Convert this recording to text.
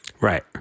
Right